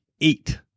eight